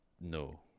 No